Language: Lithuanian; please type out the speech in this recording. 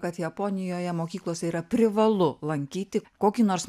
kad japonijoje mokyklose yra privalu lankyti kokį nors